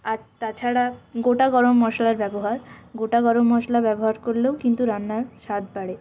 আর তাছাড়া গোটা গরম মশলার ব্যবহার গোটা গরম মশলা ব্যবহার করলেও কিন্তু রান্নার স্বাদ বাড়ে